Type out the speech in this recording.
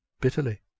bitterly